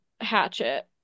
hatchet